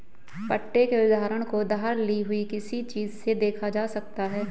पट्टे के उदाहरण को उधार ली हुई किसी चीज़ से देखा जा सकता है